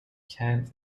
kent